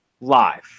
live